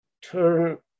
turn